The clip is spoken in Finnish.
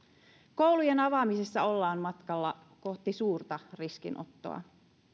koulujen avaamisessa ollaan matkalla kohti suurta riskinottoa